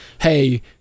hey